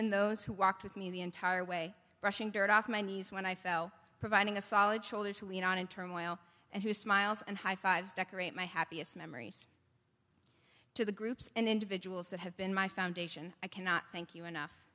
been those who walked with me the entire way brushing dirt off my knees when i fell providing a solid shoulder to lean on and turmoil and who smiles and high fives decorate my happiest memories to the groups and individuals that have been my foundation i cannot thank you enough